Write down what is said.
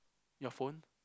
your phone